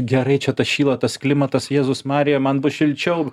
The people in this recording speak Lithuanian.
gerai čia tas šyla tas klimatas jėzus marja man bus šilčiau